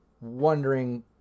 wondering